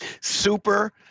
Super